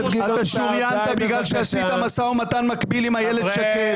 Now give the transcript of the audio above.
אתה שוריינת בגלל שעשית משא ומתן מקביל עם איילת שקד.